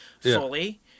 fully